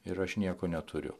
ir aš nieko neturiu